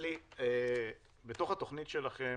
אלי, בתוך התוכנית שלכם